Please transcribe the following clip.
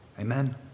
Amen